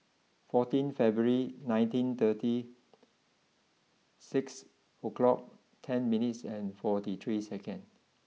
fourteen February nineteen thirty six o'clock ten minutes and forty three seconds